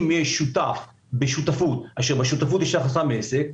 אם יש שותף בשותפות אשר בשותפות יש הכנסה מעסק,